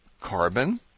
carbon